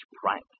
prank